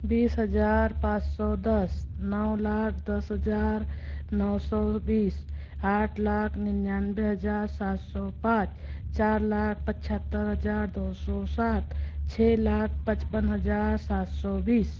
बीस हज़ार पाँस सौ दस नौ लाख दस हज़ार नौ सौ बीस आठ लाख निन्यानबे हज़ार सात सौ पाँच चार लाख पचहत्तर हज़ार दो सौ सात छः लाख पचपन हज़ार सात सौ बीस